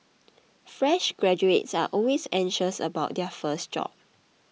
fresh graduates are always anxious about their first job